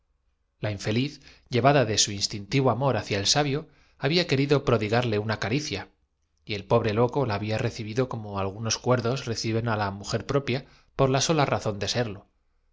la infeliz llevada de su instin piénselo usted bieninsistió clara tivo amor hacia el sabio había querido prodigarle una don sindulfo recogió un momento sus ideas y des caricia y el pobre loco la había recibido como algunos pués de reiterados esfuerzos cuerdos reciben á la mujer propia por la sola razón